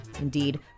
Indeed